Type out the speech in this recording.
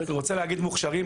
אני רוצה להגיד מוכרים,